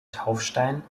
taufstein